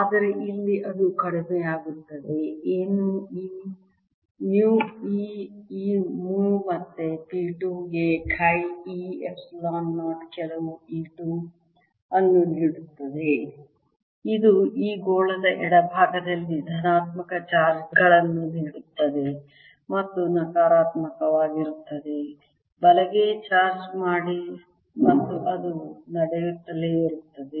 ಆದರೆ ಇಲ್ಲಿ ಅದು ಕಡಿಮೆಯಾಗುತ್ತದೆ ಏನು E ಮು E ಈ ಮು ಮತ್ತೆ P 2 ಗೆ ಚಿ e ಎಪ್ಸಿಲಾನ್ 0 ಕೆಲವು E 2 ಅನ್ನು ನೀಡುತ್ತದೆ ಇದು ಈ ಗೋಳದ ಎಡಭಾಗದಲ್ಲಿ ಧನಾತ್ಮಕ ಚಾರ್ಜ್ ಗಳನ್ನು ನೀಡುತ್ತದೆ ಮತ್ತು ನಕಾರಾತ್ಮಕವಾಗಿರುತ್ತದೆ ಬಲಗೈಯಲ್ಲಿ ಚಾರ್ಜ್ ಮಾಡಿ ಮತ್ತು ಅದು ನಡೆಯುತ್ತಲೇ ಇರುತ್ತದೆ